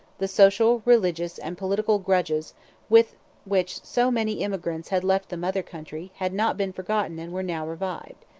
the social, religious, and political grudges with which so many emigrants had left the mother country had not been forgotten and were now revived.